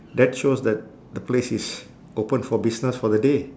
that shows that the place is open for business for the day